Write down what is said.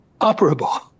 operable